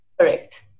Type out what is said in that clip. Correct